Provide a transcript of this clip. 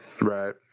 Right